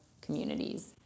communities